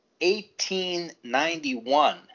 1891